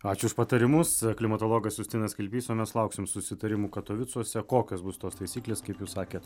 ačiū už patarimus klimatologas justinas kilpys o mes lauksim susitarimų katovicuose kokios bus tos taisyklės kaip jūs sakėt